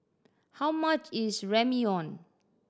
how much is Ramyeon